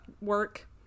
work